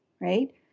right